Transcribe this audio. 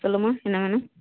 சொல்லும்மா என்ன வேணும்